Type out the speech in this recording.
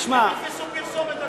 איך הם יעשו פרסומת למשטרה?